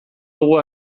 dugu